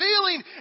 feeling